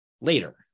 later